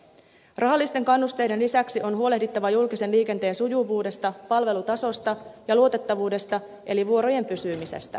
rahallisten kannusteiden lisäksi on huolehdittava julkisen liikenteen sujuvuudesta palvelutasosta ja luotettavuudesta eli vuorojen pysymisestä